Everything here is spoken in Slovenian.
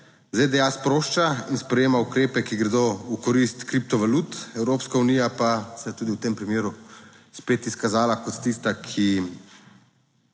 ZDA sprošča in sprejema ukrepe, ki gredo v korist kriptovalut, Evropska unija pa se je tudi v tem primeru spet izkazala kot tista, ki